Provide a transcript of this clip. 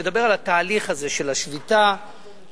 לדבר על התהליך הזה של השביתה וללמוד